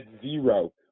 zero